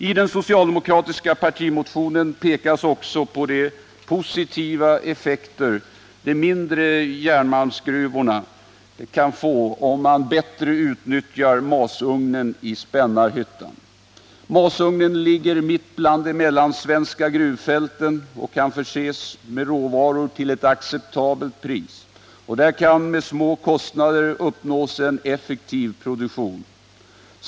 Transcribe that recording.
I den socialdemokratiska partimotionen pekas också på de positiva effekter för de mindre järnmalmsgruvorna som ett bättre utnyttjande av masugnen i Spännarhyttan skulle innebära. Masugnen ligger i centrum av de mellansvenska gruvfälten och kan förses med råvaror till ett acceptabelt pris, och där kan med små kostnader uppnås en effektiv produktion.